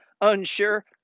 unsure